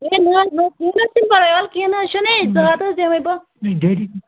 ہے نہ حظ نہ حظ کیٚنٛہہ نہ حظ چھُنہٕ پَرواے وَلہٕ کیٚنٛہہ نہ حظ چھُنہٕ ہے زٕ ہَتھ حظ دِمٕے بہٕ